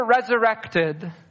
resurrected